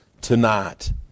tonight